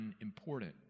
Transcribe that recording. unimportant